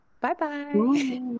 bye-bye